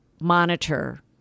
monitor